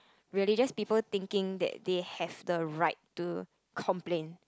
really just people thinking that they have the right to complain